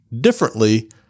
differently